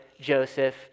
Joseph